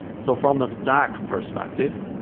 so from a stack perspective,